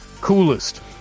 coolest